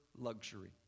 luxury